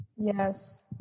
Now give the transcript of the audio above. Yes